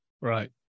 Right